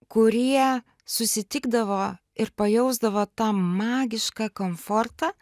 kurie susitikdavo ir pajausdavo tą magišką komfortą